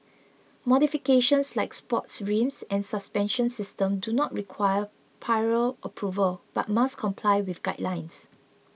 modifications like sports rims and suspension systems do not require approval but must comply with guidelines